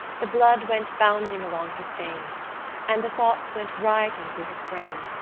the blood went bounding along his veins and the thoughts went rioting through his brain,